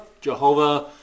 Jehovah